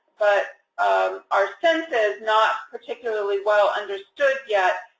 but our sense is not particularly well understood yet,